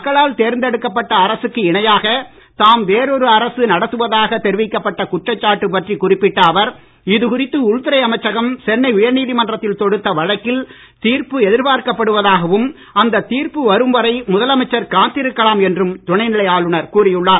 மக்களால் தேர்ந்தெடுக்கப்பட்ட அரசுக்கு இணையாக தாம் வேறொரு அரசு நடத்துவதாக தெரிவிக்கப்பட்ட குற்றச்சாட்டு பற்றி குறிப்பிட்ட அவர் இது குறித்து உள்துறை அமைச்சகம் சென்னை உயர்நீதிமன்றத்தில் தொடுத்த வழக்கில் தீர்ப்பு எதிர்பார்க்கப் படுவதாகவும் அந்த தீர்ப்பு வரும் வரை முதலமைச்சர் காத்திருக்கலாம் என்றும் துணைநிலை ஆளுநர் கூறியுள்ளார்